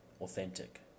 authentic